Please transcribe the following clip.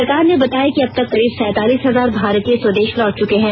सरकार ने बताया कि अब तक करीब सैतालीस हजार भारतीय स्वदेश लौट चुके हैं